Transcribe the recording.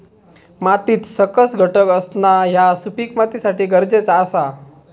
मातीत सकस घटक असणा ह्या सुपीक मातीसाठी गरजेचा आसा